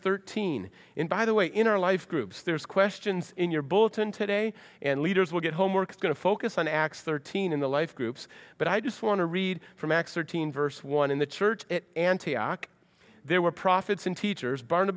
thirteen in by the way in our life groups there's questions in your bulletin today and leaders will get homework going to focus on acts thirteen in the life groups but i just want to read from acts thirteen verse one in the church antioch there were prophets and teachers barn